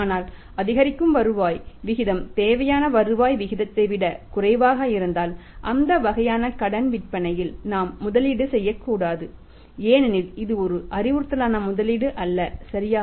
ஆனால் அதிகரிக்கும் வருவாய் விகிதம் தேவையான வருவாய் விகிதத்தை விடக் குறைவாக இருந்தால் அந்த வகையான கடன் விற்பனையில் நாம் முதலீடு செய்யக்கூடாது ஏனெனில் இது ஒரு அறிவுறுத்தலான முதலீட்டு அல்ல சரியா